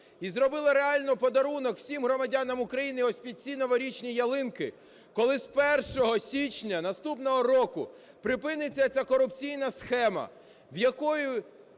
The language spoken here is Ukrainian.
в зробила реально подарунок всім громадянам України, ось під ці новорічні ялинки. Коли з 1 січня наступного року припиниться оця корупційна схема, в якій